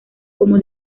como